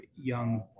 young